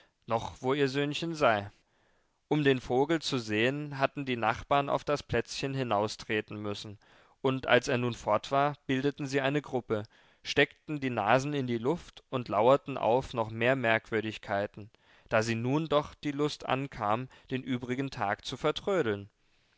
noch wo ihr söhnchen sei um den vogel zu sehen hatten die nachbarn auf das plätzchen hinaustreten müssen und als er nun fort war bildeten sie eine gruppe steckten die nasen in die luft und lauerten auf noch mehr merkwürdigkeiten da sie nun doch die lust ankam den übrigen tag zu vertrödeln